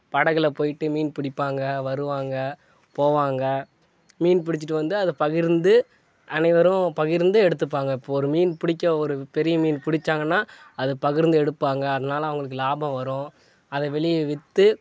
படகில் போயிவிட்டு மீன் பிடிப்பாங்க வருவாங்க போவாங்க மீன் பிடிச்சிட்டு வந்து அதை பகிர்ந்து அனைவரும் பகிர்ந்து எடுத்துப்பாங்க இப்போ ஒரு மீன் பிடிக்க ஒரு பெரிய மீன் பிடிச்சாங்கன்னா அதை பகிர்ந்து எடுப்பாங்க அதனால அவங்களுக்கு லாபம் வரும் அதை வெளியே விற்று